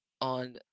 on